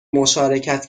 مشارکت